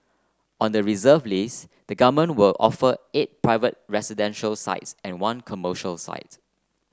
on the reserve list the government will offer eight private residential sites and one commercial sites